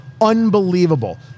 unbelievable